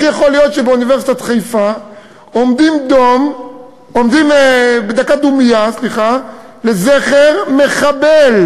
יכול להיות שבאוניברסיטת חיפה עומדים דקה דומייה לזכר מחבל?